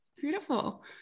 Beautiful